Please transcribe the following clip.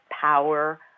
power